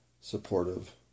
supportive